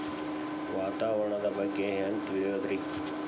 ವಾತಾವರಣದ ಬಗ್ಗೆ ಹ್ಯಾಂಗ್ ತಿಳಿಯೋದ್ರಿ?